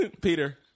Peter